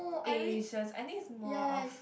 asians I think it's more of